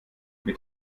mit